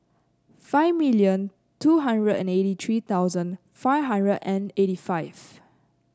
five million two hundred and eighty three thousand five hundred and eighty five